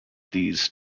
these